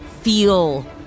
feel